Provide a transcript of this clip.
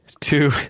two